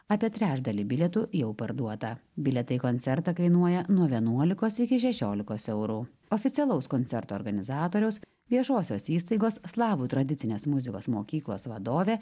apie trečdalį bilietų jau parduoda bilietai į koncertą kainuoja nuo vienuolikos iki šešiolikos eurų oficialaus koncerto organizatoriaus viešosios įstaigos slavų tradicinės muzikos mokyklos vadovė